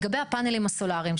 לגבי הפאנלים הסולאריים.